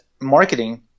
marketing